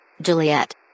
Juliet